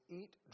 eat